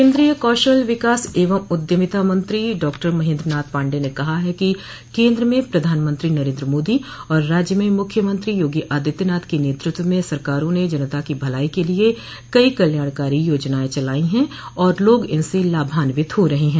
केन्द्रीय कौशल विकास एवं उद्यमिता मंत्री डॉक्टर महेन्द्र नाथ पांडेय ने कहा है कि केन्द्र में प्रधानमंत्री नरेन्द्र मोदी और राज्य में मुख्यमंत्री योगी आदित्यनाथ के नेतृत्व में सरकारों ने जनता की भलाई के लिए कई कल्याणकारी योजनाएं चलाई हैं और लोग इनसे लाभान्वित हो रहे हैं